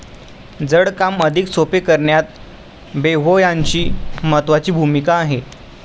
जड काम अधिक सोपे करण्यात बेक्हो यांची महत्त्वाची भूमिका आहे